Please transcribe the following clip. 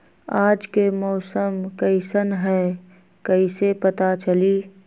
आज के मौसम कईसन हैं कईसे पता चली?